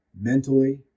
mentally